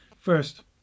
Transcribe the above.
First